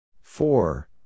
Four